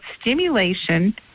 stimulation